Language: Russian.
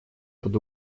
под